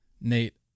Nate